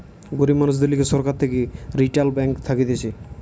গরিব মানুষদের লিগে সরকার থেকে রিইটাল ব্যাঙ্ক থাকতিছে